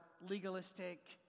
legalistic